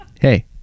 Hey